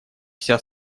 вся